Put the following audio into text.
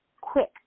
quick